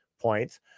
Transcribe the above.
points